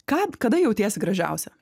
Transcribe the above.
ką kada jautiesi gražiausia